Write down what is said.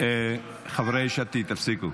חברי יש עתיד, תפסיקו.